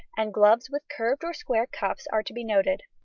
and gloves with curved or square cuffs are to be noted.